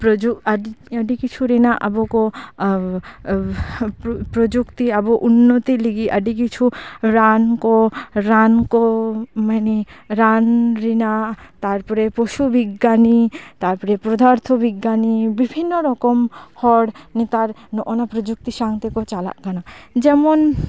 ᱯᱚᱨᱚᱡᱩ ᱟᱹᱰᱤ ᱟᱹᱰᱤ ᱠᱤᱪᱷᱩ ᱨᱮᱱᱟᱜ ᱟᱵᱚ ᱠᱚ ᱯᱨᱚᱡᱩᱠᱛᱤ ᱟᱵᱚ ᱩᱱᱱᱚᱛᱤ ᱞᱟᱹᱜᱤᱫ ᱟᱹᱰᱤ ᱠᱤᱪᱷᱩ ᱨᱟᱱ ᱠᱚ ᱨᱟᱱ ᱠᱚ ᱢᱟᱱᱮ ᱨᱟᱱ ᱨᱮᱱᱟᱜ ᱛᱟᱨᱯᱚᱨᱮ ᱯᱚᱥᱩ ᱵᱤᱜᱽᱜᱟᱱᱤ ᱛᱟᱨᱯᱚᱨᱮ ᱯᱚᱫᱟᱨᱛᱷᱚ ᱵᱤᱜᱽᱜᱟᱱᱤ ᱵᱤᱵᱷᱤᱱᱱᱚ ᱨᱚᱠᱚᱢ ᱦᱚᱲ ᱱᱮᱛᱟᱨ ᱱᱚᱜᱼᱚᱭ ᱱᱟ ᱯᱨᱚᱡᱩᱠᱛᱤ ᱥᱟᱝᱛᱮᱠᱚ ᱪᱟᱞᱟᱜ ᱠᱟᱱᱟ ᱡᱮᱢᱚᱱ